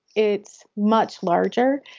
it's much larger.